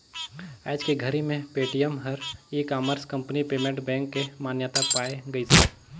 आयज के घरी मे पेटीएम हर e commerce company payment bank के मान्यता पाए गइसे